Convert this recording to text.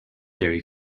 dairy